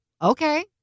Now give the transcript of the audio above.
okay